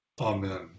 amen